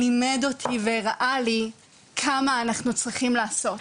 לימד אותי והראה לי כמה אנחנו צריכים לעשות,